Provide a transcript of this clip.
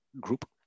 Group